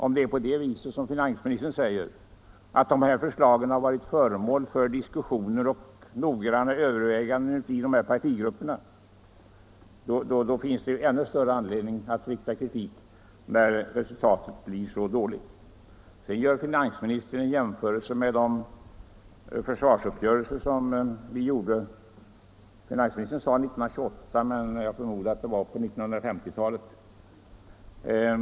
Om det är som finansministern säger att dessa förslag har varit föremål för diskussioner och noggranna överväganden i dessa partigrupper tycker jag att det är så mycket mer anmärkningsvärt. När resultatet då blir så dåligt finns det ännu större anledning att vara kritisk. Finansministern gör sedan en jämförelse med de försvarsuppgörelser vi träffade. Finansministern sade att vi träffade dessa 1928, men jag förmodar att han menar på 1950-talet.